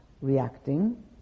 reacting